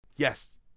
Yes